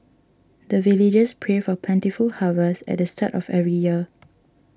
the villagers pray for plentiful harvest at the start of every year